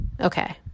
Okay